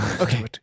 Okay